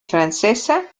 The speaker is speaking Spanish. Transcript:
francesa